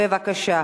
בבקשה.